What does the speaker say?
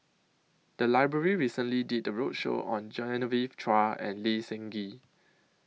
The Library recently did A roadshow on Genevieve Chua and Lee Seng Gee